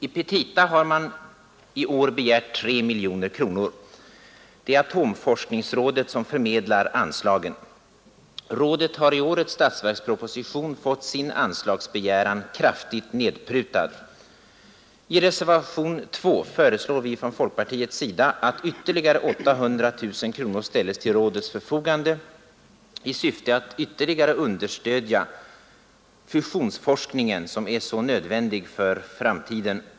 I petita har man i år begärt 3 miljoner kronor. Det är atomforskningsrådet som förmedlar anslagen. Rådet har i årets statsverksproposition fått sin anslagsbegäran kraftigt nedprutad. I reservationen 2 föreslår vi från folkpartiets sida att ytterligare 800 000 kronor ställs till rådets förfogande i syfte att ytterligare understödja fusionsforskningen, som är så nödvändig för framtiden.